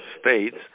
states